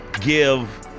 give